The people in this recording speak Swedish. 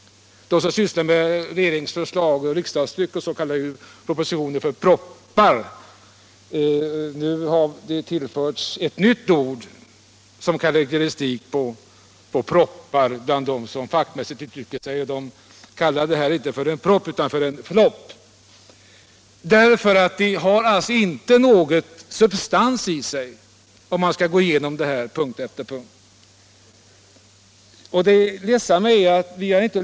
De som sysslar med riksdagstryck kallar ju regeringens förslag för ”proppar”. Fackmännen på detta område har nu infört ett nytt ord för att beteckna denna proposition. De kallar den inte här propositionen för ”propp” utan för ”flopp”. När man går igenom det här förslaget punkt för punkt finner man att det inte har någon substans i sig.